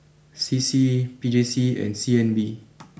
C C P J C and C N B